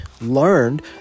learned